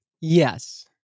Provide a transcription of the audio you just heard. Yes